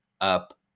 up